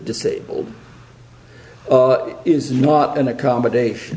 disabled is not an accommodation